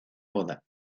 boda